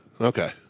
Okay